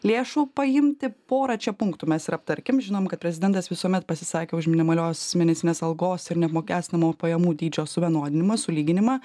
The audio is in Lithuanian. lėšų paimti porą čia punktų mes ir aptarkim žinom kad prezidentas visuomet pasisakė už minimalios mėnesinės algos ir neapmokestinamo pajamų dydžio suvienodinimą sulyginimą